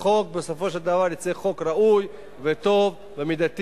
שהחוק בסופו של דבר יצא חוק ראוי וטוב ומידתי.